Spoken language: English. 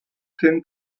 tin